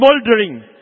smoldering